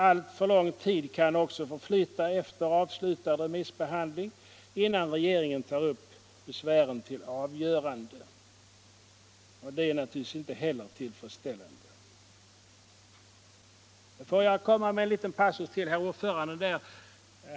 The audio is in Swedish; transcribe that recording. Alltför lång tid kan även förflyta efter avslutad remissbehandling, innan regeringen tar upp besvären till avgörande, och det är naturligtvis inte heller tillfredsställande. Får jag komma med en liten passus till herr ordföranden där.